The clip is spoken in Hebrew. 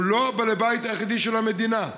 הוא לא בעל הבית היחידי של המדינה.